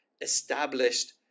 established